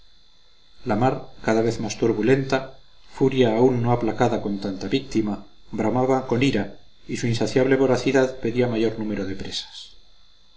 la mar cada vez más turbulenta furia aún no aplacada con tanta víctima bramaba con ira y su insaciable voracidad pedía mayor número de presas